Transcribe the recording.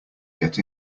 get